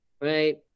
right